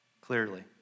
clearly